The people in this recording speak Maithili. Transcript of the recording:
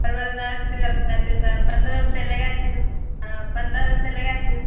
परवल दश किलो लेतै तऽ पंद्रह रूपये लगा दियौ हँ पंद्रह रूपये लगा दियौ